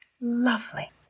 lovely